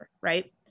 right